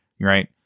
right